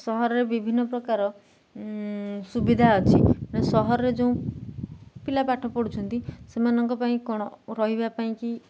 ସହରରେ ବିଭିନ୍ନ ପ୍ରକାର ସୁବିଧା ଅଛି ସହରରେ ଯେଉଁ ପିଲା ପାଠ ପଢ଼ୁଛନ୍ତି ସେମାନଙ୍କ ପାଇଁ କ'ଣ ରହିବା ପାଇଁକି